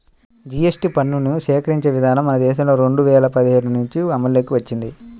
GST పన్నుని సేకరించే విధానం మన దేశంలో రెండు వేల పదిహేడు నుంచి అమల్లోకి వచ్చింది